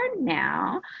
now